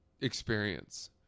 experience